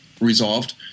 resolved